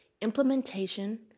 Implementation